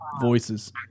voices